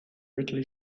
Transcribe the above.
ridley